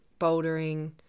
bouldering